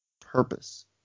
purpose